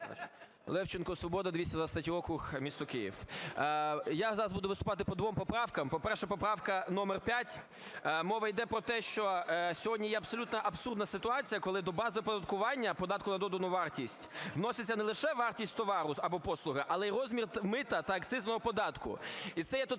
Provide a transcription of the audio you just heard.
Левченко, "Свобода", 223 округ, місто Київ. Я зараз буду виступати по двом поправкам. По-перше, поправка номер 5. Мова йде про те, що сьогодні є абсолютно абсурдна ситуація, коли до бази оподаткування податку на додану вартість вноситься не лише вартість товару або послуги, але й розмір мита та акцизного податку. І це є тотальна